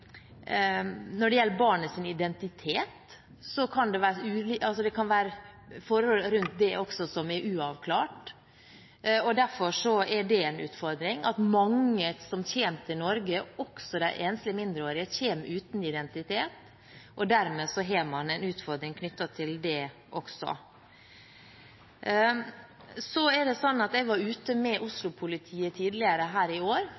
når det gjelder barnets identitet, kan det være forhold rundt det som er uavklart. Derfor er det en utfordring at mange som kommer til Norge, også de enslige mindreårige, kommer uten identitet, og dermed har man en utfordring knyttet til det også. Jeg var ute med Oslo-politiet tidligere i år